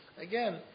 again